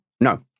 no